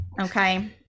Okay